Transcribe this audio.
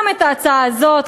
גם את ההצעה הזאת,